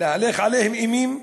להלך עליהם אימים,